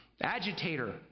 agitator